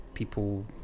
people